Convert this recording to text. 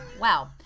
Wow